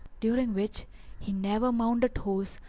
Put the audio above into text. during which he never mounted horse,